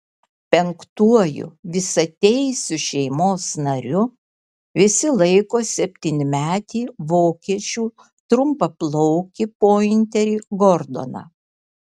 penktuoju visateisiu šeimos nariu visi laiko septynmetį vokiečių trumpaplaukį pointerį gordoną